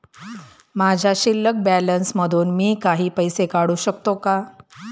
माझ्या शिल्लक बॅलन्स मधून मी काही पैसे काढू शकतो का?